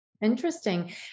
Interesting